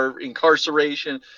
incarceration